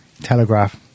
Telegraph